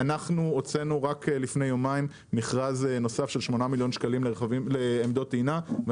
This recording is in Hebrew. רק לפני יומיים הוצאנו מכרז נוסף של 8,000,000 ₪ לעמדות טעינה